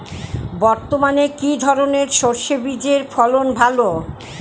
বর্তমানে কি ধরনের সরষে বীজের ফলন ভালো?